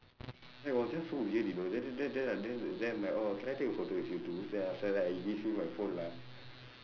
it was just so weird you know then then then then then I'm like orh can I take a photo with you too then after that I give him my phone lah